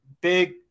big